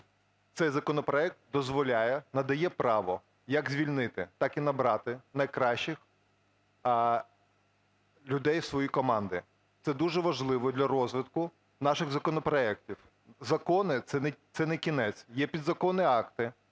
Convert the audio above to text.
Цей законопроект дозволяє, надає право, як звільнити так і набрати найкращих людей в свої команди. Це дуже важливо для розвитку наших законопроектів. Закони – це не кінець. Є підзаконні акти,